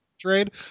trade